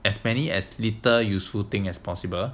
as many as little useful thing as possible